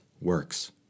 works